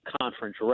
conference